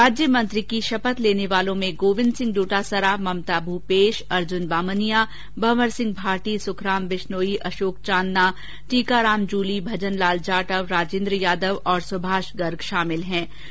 राज्यमंत्री की शपथ लेने वालों में गोविन्द सिंह डोटासरा ममता भूपेश अर्जुन बामनिया भंवर सिंह भाटी सुखराम विश्नोई अशोक चांदना टीकाराम जूली भजन लाल जाटव राजेन्द्र यादव तथा सुभाष गर्ग शामिल हे